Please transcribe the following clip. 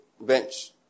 bench